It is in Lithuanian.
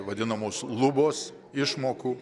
vadinamos lubos išmokų